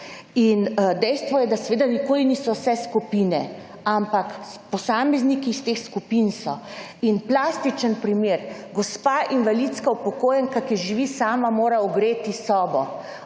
Dejstvo je, da seveda nikoli niso vse skupine, ampak posamezniki iz teh skupin so. Plastičen primer. Gospa invalidska upokojenka, ki živi sama mora ogreti sobo.